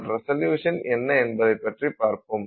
ஆதலால் ரிசல்யுசன் என்ன என்பதைப் பற்றி பார்ப்போம்